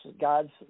God's